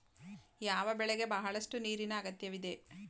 ಯಾವ ಬೆಳೆಗೆ ಬಹಳಷ್ಟು ನೀರಿನ ಅಗತ್ಯವಿದೆ?